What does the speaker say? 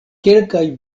kelkaj